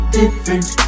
different